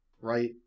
right